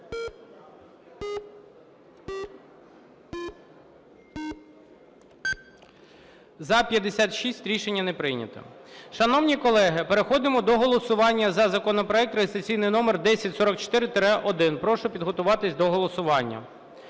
За-56 Рішення не прийнято. Шановні колеги, переходимо до голосування за законопроект реєстраційний номер 1044-1, прошу підготуватись до голосування.